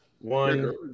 One